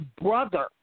brother